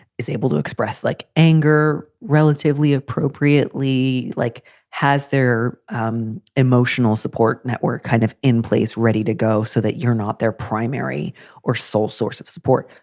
is able to express like anger relatively appropriately, like has their um emotional support network kind of in place ready to go. so that you're not their primary or sole source of support.